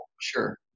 sure